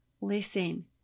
listen